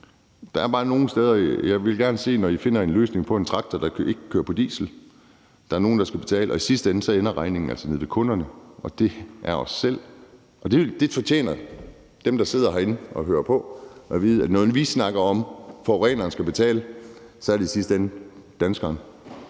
Jeg vil bare gerne se det, når I finder en løsning med en traktor, der ikke kører på diesel. Der er nogle, der skal betale, og i sidste ende ender regningen altså nede hos kunderne, og det er os selv. Det fortjener dem, der sidder herinde og hører på, at vide: Når vi snakker om, at forureneren skal betale, er det i sidste ende danskerne,